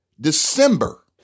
December